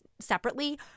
separately